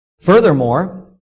Furthermore